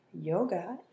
Yoga